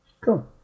Cool